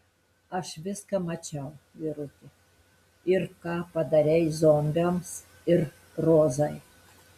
aš viską mačiau vyruti ir ką padarei zombiams ir rozai